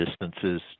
distances